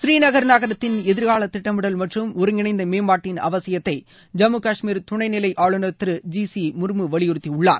புநீநகர் நகரத்தின் எதிர்கால திட்டமிடல் மற்றும் ஒருங்கிணைந்த மேம்பாட்டின் அவசியத்தை ஜம்மு காஷ்மீர் துணைநிலை ஆளுநர் திரு ஜி சி முர்மு வலியுறுத்தியுள்ளார்